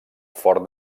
fort